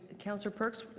councillor perks,